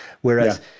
Whereas